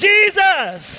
Jesus